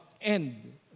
end